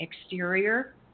exterior